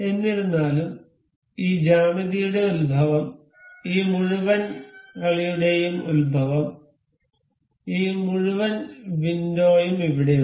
എന്നിരുന്നാലും ഈ ജ്യാമിതിയുടെ ഉത്ഭവം ഈ മുഴുവൻ കളിയുടെയും ഉത്ഭവം ഈ മുഴുവൻ വിൻഡോയും ഇവിടെയുണ്ട്